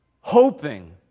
hoping